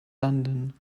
london